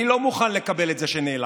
אני לא מוכן לקבל את זה שנעלמתם.